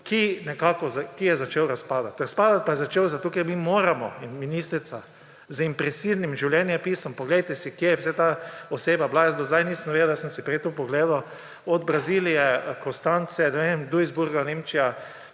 monopol, ki je začel razpadati. Razpadati pa je začel zato, ker mi moramo in ministrica z impresivnim življenjepisom, poglejte si, kje vse je ta oseba bila, jaz do zdaj nisem vedel, jaz sem si prej to pogledal, od Brazilije, Konstance, ne vem Duisburga, Nemčije,